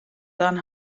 dan